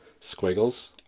squiggles